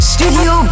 Studio